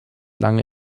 lange